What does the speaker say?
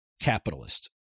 capitalist